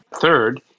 Third